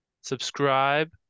subscribe